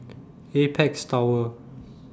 Apex Tower